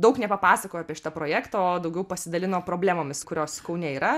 daug nepapasakojo apie šitą projektą o daugiau pasidalino problemomis kurios kaune yra